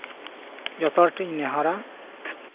ᱡᱚᱛᱚ ᱦᱚᱲ ᱴᱷᱮᱡ ᱤᱧ ᱱᱮᱦᱚᱨᱟ